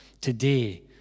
today